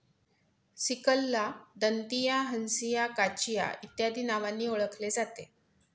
सिकलला दंतिया, हंसिया, काचिया इत्यादी नावांनी ओळखले जाते